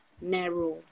narrow